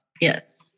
Yes